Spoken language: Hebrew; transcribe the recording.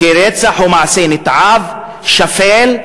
כי רצח הוא מעשה נתעב ושפל.